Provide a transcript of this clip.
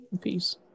Peace